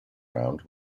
round